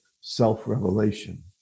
self-revelation